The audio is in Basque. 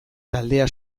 taldea